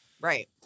right